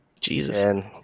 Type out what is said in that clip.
Jesus